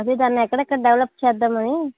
అదే దాన్ని ఎక్కడెక్కడ డెవలప్ చేద్దామని